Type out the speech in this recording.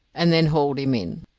and then hauled him in.